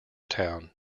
town